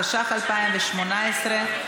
התשע"ח 2018,